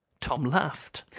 tom laughed.